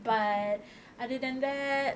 but other than that